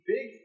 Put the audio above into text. Big